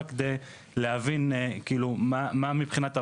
רק כדי להבין מה מבחינת הרשות,